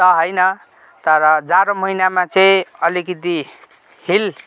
त होइन तर जाडो महिनामा चाहिँ अलिकति हिल